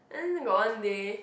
then got one day